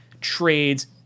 trades